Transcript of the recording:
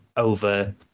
Over